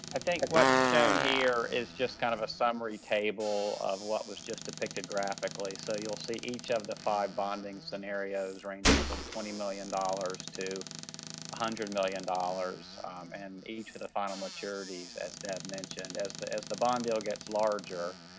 i think what's shown here is just kind of a summary table of what was just depicted graphically. so you'll see each of the five bonding scenarios ranging from twenty million dollars to one ah hundred million dollars and each of the final maturities, as deb mentioned, as the as the bond deal gets larger,